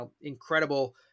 incredible